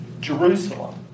Jerusalem